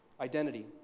identity